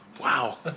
Wow